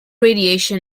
radiation